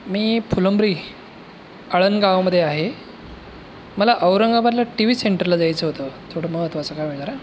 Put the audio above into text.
मी फुलंब्री आळंद गावामध्ये आहे मला औरंगाबादला टी वी सेंटरला जायचं होतं थोडं महत्त्वाचं काम आहे जरा